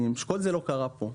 כל זה לא קרה כאן.